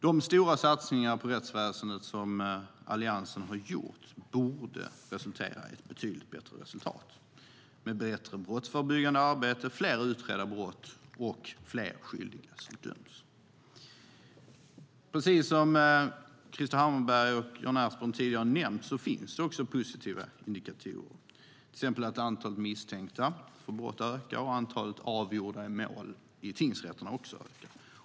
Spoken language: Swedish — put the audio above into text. De stora satsningar på rättsväsendet som Alliansen har gjort borde resultera i ett betydligt bättre resultat med bättre brottsförebyggande arbete, fler utredda brott och fler skyldiga som döms. Precis som Krister Hammarbergh och Jan Ertsborn tidigare har nämnt finns det också positiva indikatorer, till exempel att antalet misstänkta för brott ökar och att antalet avgjorda mål i tingsrätterna också ökar.